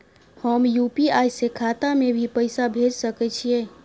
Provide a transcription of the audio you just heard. हम यु.पी.आई से खाता में भी पैसा भेज सके छियै?